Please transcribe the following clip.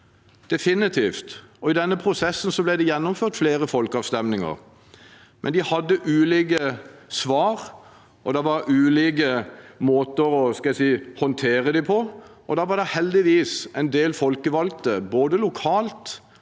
definitivt. I denne prosessen ble det gjennomført flere folkeavstemninger. De hadde ulike svar, og det var ulike måter å håndtere dem på. Da var det heldigvis en del folkevalgte, både lokalt